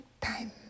time